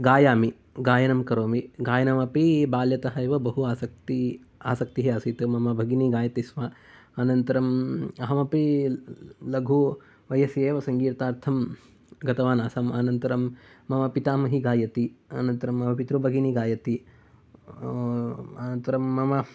गायामि गायनं करोमि गायनमपि बाल्यतः एव बहु आसक्ति आसक्तिः आसीत् मम भगिनी गायति स्म अनन्तरम् अहमपि लघुवयसी एव सङ्गीतार्थं गतवान् आसम् अनन्तरं मम पितामही गायति अनन्तरं मम पितृभगिनी गायति अनन्तरं मम